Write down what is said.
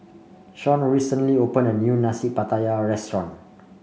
Shawn recently opened a new Nasi Pattaya restaurant